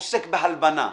עוסק בהלבנה,